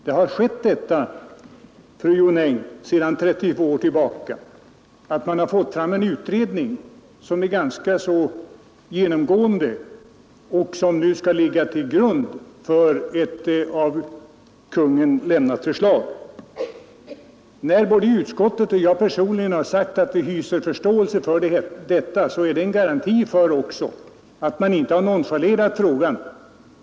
Det som har skett under 32 år, fru Jonäng, är att man har fått fram en utredning som är ganska genomgripande och som nu skall ligga till grund för ett förslag från Kungl. Maj:t. När både utskottet och jag personligen har sagt att vi hyser förståelse för detta så är det också en garanti för att man inte har nonchalerat frågan.